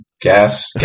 gas